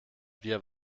wir